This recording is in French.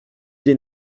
des